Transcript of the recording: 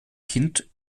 kind